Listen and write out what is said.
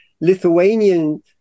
Lithuanian